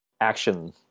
action